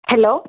hello